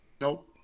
Nope